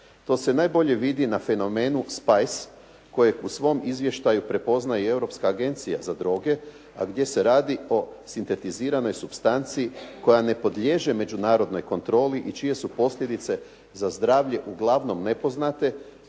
To se najbolje vidi na fenomenu spice kojeg u svom izvještaju prepoznaje i Europska agencija za droge, a gdje se radi o sintetiziranoj supstanci koja ne podliježe međunarodnoj kontroli i čije su posljedice za zdravlje uglavnom nepoznate.